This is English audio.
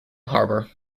harbour